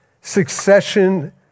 Succession